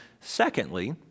secondly